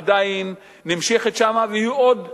עדיין נמשכת שם ועוד תימשך.